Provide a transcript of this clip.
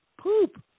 poop